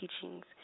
teachings